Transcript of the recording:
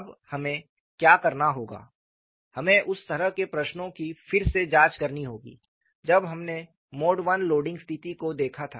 अब हमें क्या करना होगा हमें उस तरह के प्रश्नों की फिर से जांच करनी होगी जब हमने मोड I लोडिंग स्थिति को देखा था